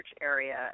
area